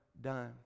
done